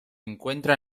encuentra